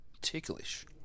ticklish